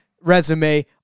resume